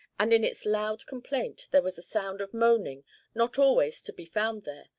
and in its loud complaint there was a sound of moaning not always to be found there,